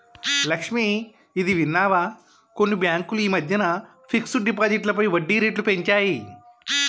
లక్ష్మి, ఇది విన్నావా కొన్ని బ్యాంకులు ఈ మధ్యన ఫిక్స్డ్ డిపాజిట్లపై వడ్డీ రేట్లు పెంచాయి